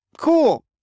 cool